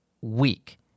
week